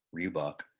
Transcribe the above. Reebok